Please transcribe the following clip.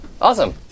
Awesome